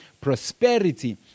prosperity